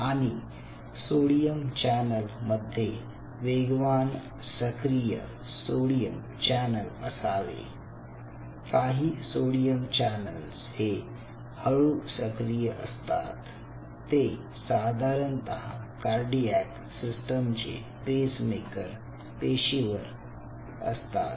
आणि sodium channel मध्ये वेगवान सक्रिय सोडियम चॅनेल असावे काही सोडियम चॅनेल्स हे हळू सक्रिय असतात ते साधारणतः कार्डियाक सिस्टमचे पेसमेकर पेशी वर असतात